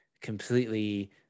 completely